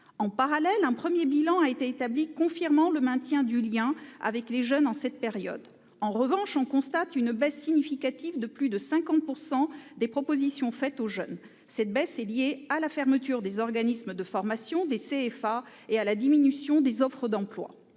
En parallèle, un premier bilan a été établi confirmant le maintien du lien avec les jeunes en cette période. En revanche, on constate une baisse significative, de plus de 50 %, des propositions faites aux jeunes en raison de la fermeture des organismes de formation, des CFA et de la diminution des offres d'emploi.